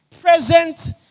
present